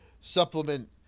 supplement